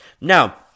Now